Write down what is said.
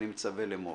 אני מצווה לאמור: